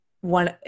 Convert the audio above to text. one